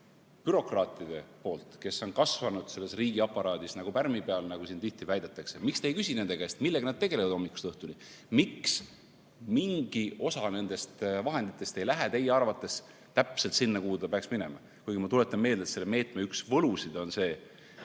nende bürokraatide töö kohta, kes on kasvanud selles riigiaparaadis nagu pärmi peal, nagu siin tihti väidetakse? Miks te ei küsi nende käest, millega nad tegelevad hommikust õhtuni? Miks mingi osa nendest vahenditest ei lähe teie arvates täpselt sinna, kuhu peaks minema? Samas ma tuletan meelde, et selle meetme üks võlusid on see,